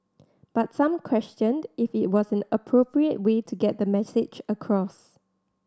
but some questioned if it was an appropriate way to get the message across